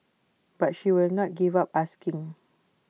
but she will not give up asking